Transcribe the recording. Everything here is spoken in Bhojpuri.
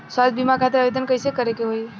स्वास्थ्य बीमा खातिर आवेदन कइसे करे के होई?